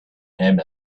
him